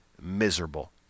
miserable